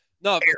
No